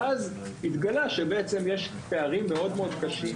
ואז התגלה שבעצם יש פערים מאוד קשים,